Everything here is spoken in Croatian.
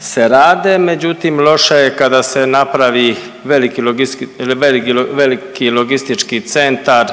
se rade, međutim loše je kada se napravi veliki logistički centar